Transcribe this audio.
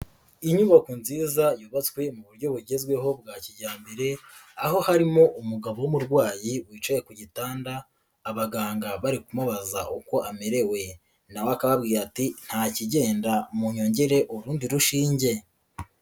Inyubako nziza yubatswe mu buryo bugezweho bwa kijyambere, aho harimo umugabo w'umurwayi wicaye ku gitanda abaganga bari kumubaza uko bamerewe na we akababwira ati " nta kigenda munyongere urundi rushinge."